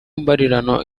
mbarirano